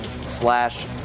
slash